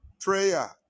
Prayer